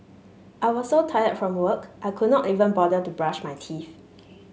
I was so tired from work I could not even bother to brush my teeth